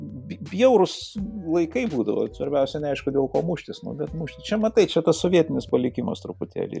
bjaurūs laikai būdavo svarbiausia neaišku dėl ko muštis bet muštis čia matai čia tas sovietinis palikimas truputėlį